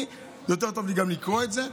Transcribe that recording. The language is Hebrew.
לי יותר טוב לקרוא את זה.